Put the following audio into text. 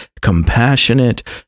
compassionate